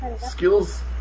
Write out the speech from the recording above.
skills